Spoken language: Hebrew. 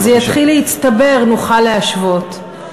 כשזה יתחיל להצטבר נוכל להשוות.